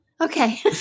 Okay